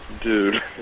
Dude